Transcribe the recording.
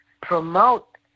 promote